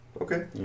Okay